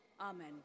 Amen